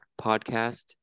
podcast